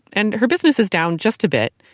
and her business is down just a bit.